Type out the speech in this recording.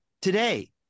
Today